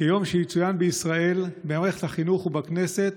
כיום שיצוין בישראל במערכת החינוך ובכנסת